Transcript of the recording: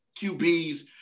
QBs